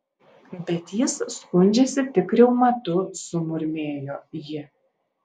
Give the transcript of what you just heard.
bet jis skundžiasi tik reumatu sumurmėjo ji